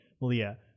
Malia